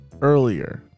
earlier